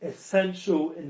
essential